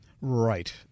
Right